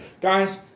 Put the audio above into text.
Guys